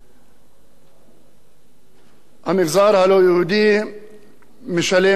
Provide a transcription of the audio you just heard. המגזר הלא-יהודי משלם מסים כמו כל אזרחי המדינה,